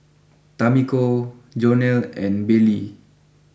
Tamiko Jonell and Baylee